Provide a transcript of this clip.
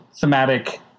thematic